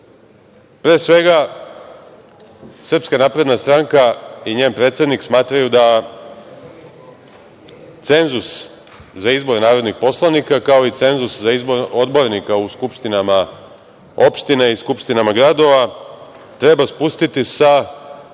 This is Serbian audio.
Pre svega, SNS i njen predsednik smatraju da cenzus za izbor narodnih poslanika, kao i cenzus za izbor odbornika u skupštinama opštine i skupštinama gradova treba spustiti sa 5%